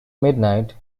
midnight